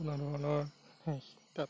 শীত তাপ